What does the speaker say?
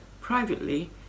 privately